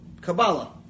Kabbalah